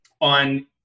on